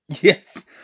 Yes